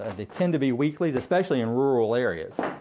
and they tend to be weeklies, especially in rural areas.